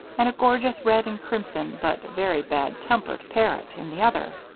and a gorgeous red-and-crimson but very bad-tempered parrot in the other.